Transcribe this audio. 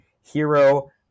hero